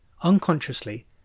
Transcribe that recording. unconsciously